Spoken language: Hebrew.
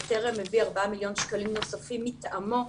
"בטרם" הביא 4 מיליון שקלים נוספים מטעמו,